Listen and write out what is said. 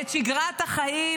את שגרת החיים,